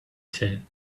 said